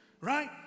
Right